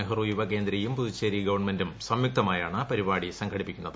നെഹ്റു യുവ കേന്ദ്രയും പുതുച്ചേരി ഗവൺമെന്റും സംയുക്തമായാണ് പരിപാടി സംഘടിപ്പിക്കുന്നത്